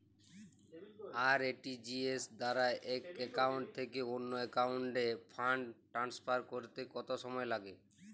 RTGS দ্বারা এক account থেকে অন্য একাউন্টে ফান্ড ট্রান্সফার করতে কত সময় লাগে?